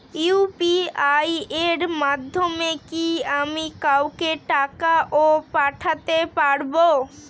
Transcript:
UPI এর মাধ্যমে কি আমি কাউকে টাকা ও পাঠাতে পারবো?